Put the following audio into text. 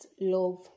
love